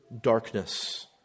darkness